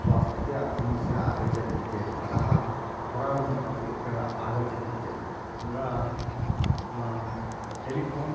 स्वास्थ्यसमस्या आगच्छति चेत् अतः अपराधम् अपि आगच्छति चेत् तत्र टेलिफ़ोन्